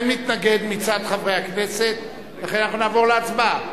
אין מתנגד מצד חברי הכנסת ולכן אנחנו נעבור להצבעה.